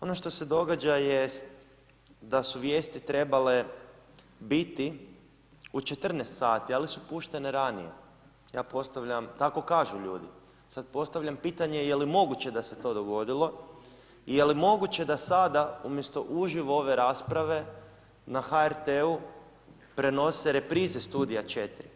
Ono što se događa jest da su vijesti trebale biti u 14:00 sati, ali su puštene ranije, ja postavljam, tako kažu ljudi, sad postavljam pitanje je li moguće da se to dogodilo, je li moguće da sada umjesto uživo ove rasprave na HRT-u prenose reprize Studija 4?